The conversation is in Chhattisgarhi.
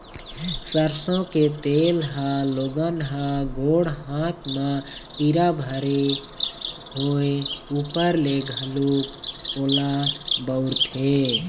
सरसो के तेल ल लोगन ह गोड़ हाथ म पीरा भरे होय ऊपर ले घलोक ओला बउरथे